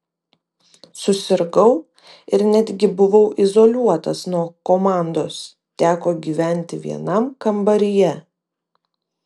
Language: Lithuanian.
susirgau ir netgi buvau izoliuotas nuo komandos teko gyventi vienam kambaryje